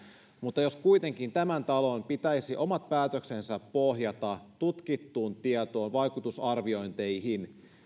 mutta jos tämän talon pitäisi kuitenkin omat päätöksensä pohjata tutkittuun tietoon vaikutusarviointeihin